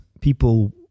people